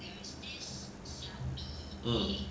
hmm